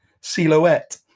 Silhouette